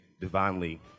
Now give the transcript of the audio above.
divinely